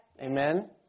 Amen